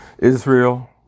Israel